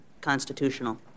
constitutional